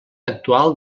actual